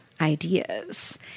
ideas